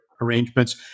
arrangements